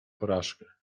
porażkę